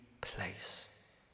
place